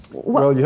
well, yeah